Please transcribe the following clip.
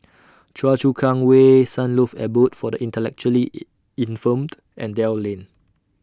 Choa Chu Kang Way Sunlove Abode For The Intellectually Infirmed and Dell Lane